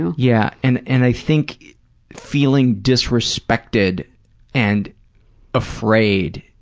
and yeah and and i think feeling disrespected and afraid,